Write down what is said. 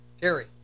Terry